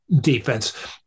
defense